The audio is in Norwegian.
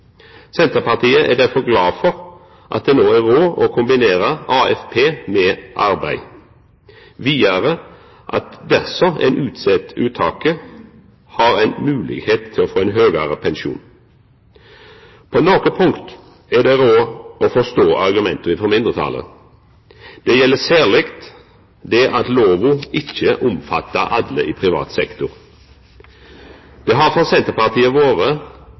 Senterpartiet er derfor glad for at det no er råd å kombinera AFP med arbeid, og vidare at dersom ein utset uttaket, har ein moglegheit til å få ein høgare pensjon. På nokre punkt er det råd å forstå argumenta frå mindretalet. Det gjeld særleg at lova ikkje omfattar alle i privat sektor. Det har for Senterpartiet vore